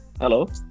Hello